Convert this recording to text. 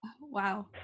Wow